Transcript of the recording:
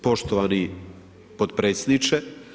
Poštovani podpredsjedniče.